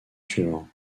suivant